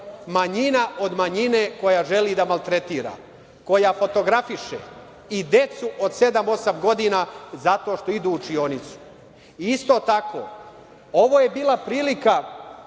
manjina od manjine koja želi da maltretira, koja fotografiše i decu od sedam, osam godina zato što idu u učionicu. Isto tako, ovo je bila prilika